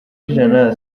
ijana